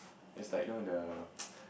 it's like know the